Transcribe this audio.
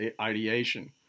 ideation